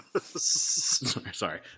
Sorry